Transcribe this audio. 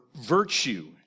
virtue